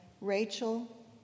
Rachel